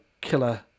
killer